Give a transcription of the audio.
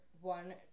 one